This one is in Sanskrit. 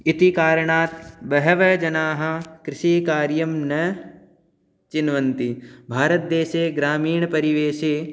इति कारणात् बहवः जनाः कृषिकार्यं न चिन्वन्ति भारतदेशे ग्रामीणपरिवेशे